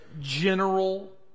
general